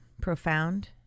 profound